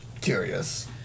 curious